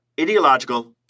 ideological